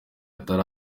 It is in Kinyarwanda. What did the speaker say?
atari